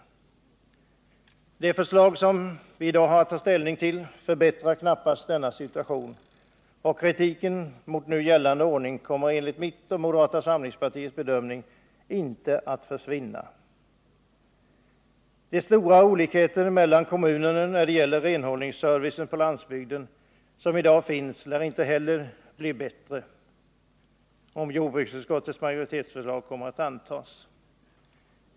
Tisdagen den Det förslag som vi i dag har att ta ställning till förbättrar knappast denna 5 juni 1979 situation, och kritiken mot nu gällande ordning kommer enligt min och moderata samlingspartiets bedömning inte att försvinna. De stora olikheter mellan kommunerna när det gäller renhållningsservice på landsbygden som i dag finns lär inte heller bli bättre om jordbruksutskottets majoritetsförslag kommer att antas.